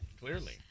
Clearly